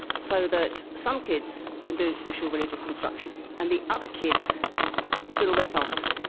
so that some kids can do special religious instruction, and the other kids twiddle their thumbs.